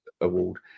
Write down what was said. Award